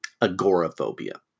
agoraphobia